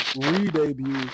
re-debut